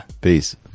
Peace